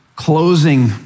closing